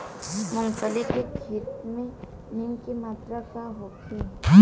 मूँगफली के खेत में नमी के मात्रा का होखे?